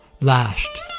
Lashed